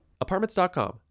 Apartments.com